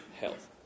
health